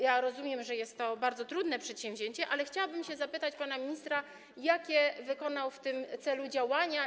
Ja rozumiem, że jest to bardzo trudne przedsięwzięcie, ale chciałabym zapytać pana ministra, jakie wykonał w tym celu działania.